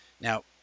Now